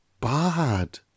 bad